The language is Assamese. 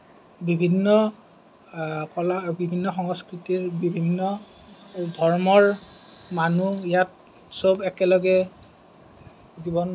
বিভিন্ন কলা বিভিন্ন সংস্কৃতিৰ বিভিন্ন ধৰ্মৰ মানুহ ইয়াত চব একেলগে